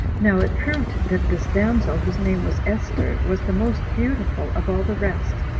now it proved that this damsel, whose name was esther, was the most beautiful of all the rest,